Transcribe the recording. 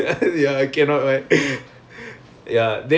ya ya lor